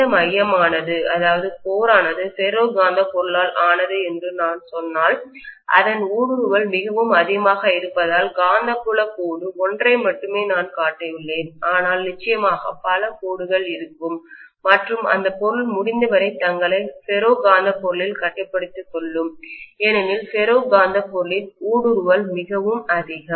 இந்த மையமானது கோரானது ஃபெரோ காந்தப் பொருளால் ஆனது என்று நான் சொன்னால் அதனின் ஊடுருவல் மிகவும் அதிகமாக இருப்பதால் காந்தப்புலக் கோடு ஒன்றை மட்டுமே நான் காட்டியுள்ளேன் ஆனால் நிச்சயமாக பல கோடுகள் இருக்கும் மற்றும் அந்த பொருட்கள் முடிந்தவரை தங்களை ஃபெரோ காந்த பொருளில் கட்டுப்படுத்திக் கொள்ளும் ஏனெனில் ஃபெரோ காந்தப் பொருளின் ஊடுருவல் மிகவும் அதிகம்